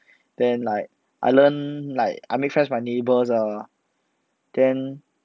then like I learn like I make friend my neighbours ah then